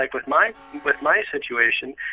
like with my with my situation